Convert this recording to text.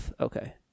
Okay